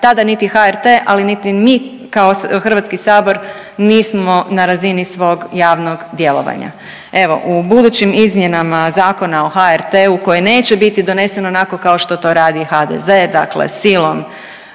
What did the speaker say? tada niti HRT, ali niti mi kao HS nismo na razini svog javnog djelovanja. Evo, u budućim izmjenama Zakona o HRT-u koji neće biti donesen onako kao što to radi HDZ, dakle silom